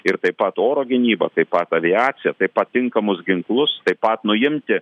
ir taip pat oro gynyba taip pat aviacija taip pat tinkamus ginklus taip pat nuimti